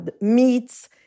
meats